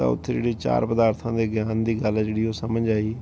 ਤਾਂ ਉੱਥੇ ਜਿਹੜੇ ਚਾਰ ਪਦਾਰਥਾਂ ਦੇ ਗਿਆਨ ਦੀ ਗੱਲ ਹੈ ਜਿਹੜੀ ਉਹ ਸਮਝ ਆਈ